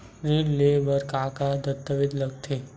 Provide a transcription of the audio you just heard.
ऋण ले बर का का दस्तावेज लगथे?